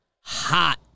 hot